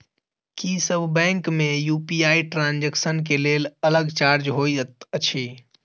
की सब बैंक मे UPI transaction केँ लेल अलग चार्ज होइत अछि?